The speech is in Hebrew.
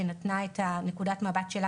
שנתנה את נקודת המבט שלה,